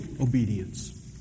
obedience